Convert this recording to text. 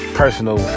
personal